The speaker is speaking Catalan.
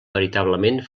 veritablement